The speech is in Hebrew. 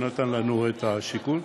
שנתן לנו את השיקול,